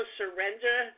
surrender